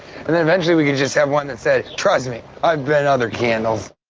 and then eventually we just have one that says, trust me, i've been another candles.